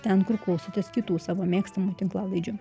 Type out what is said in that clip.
ten kur klausotės kitų savo mėgstamų tinklalaidžių